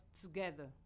together